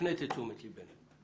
הפנית את תשומת לבנו.